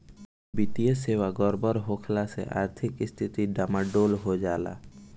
वित्तीय सेवा गड़बड़ होखला से आर्थिक स्थिती डमाडोल हो जाला